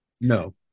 No